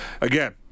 Again